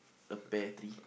a pear tree